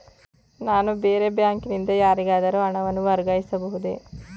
ನಾನು ಬೇರೆ ಬ್ಯಾಂಕಿನಿಂದ ಯಾರಿಗಾದರೂ ಹಣವನ್ನು ವರ್ಗಾಯಿಸಬಹುದೇ?